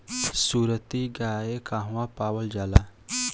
सुरती गाय कहवा पावल जाला?